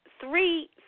three